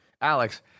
alex